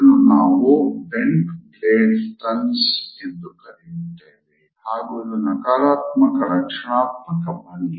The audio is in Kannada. ಇದನ್ನು ನಾವು ಬೆಂಟ್ ಬ್ಲೇಡ್ ಸ್ತನ್ಸ್ ಎಂದು ಕರೆಯುತ್ತೇವೆ ಹಾಗೂ ಇದು ನಕಾರಾತ್ಮಕ ಮತ್ತು ರಕ್ಷಣಾತ್ಮಕ ಭಂಗಿ